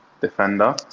defender